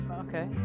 Okay